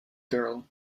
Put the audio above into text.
girl